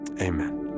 Amen